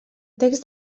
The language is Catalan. text